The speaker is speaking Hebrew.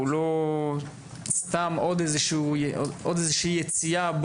הוא לא סתם עוד איזשהו עוד איזושהי יציאה,